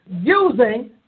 using